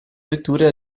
vetture